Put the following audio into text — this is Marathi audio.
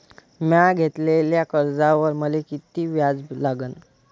म्या घेतलेल्या कर्जावर मले किती व्याज लागन?